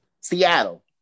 Seattle